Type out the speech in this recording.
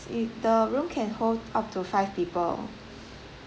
it the room can hold up to five people